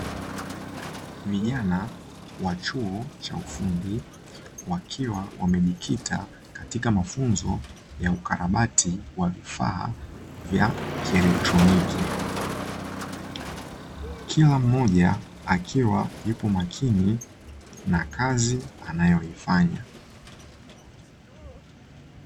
Vijana wa chuo cha ufundi, wakiwa wamejikita katuka mafunzo ya ukarabati wa vifaa vya kielektroniki. Kila mmoja akiwa yupo makini na kazi anayoifanya.